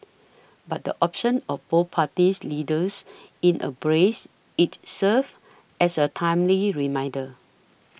but the option of both party leaders in a brace each serves as a timely reminder